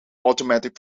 automatic